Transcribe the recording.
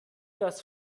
dass